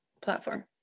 platform